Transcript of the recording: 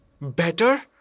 Better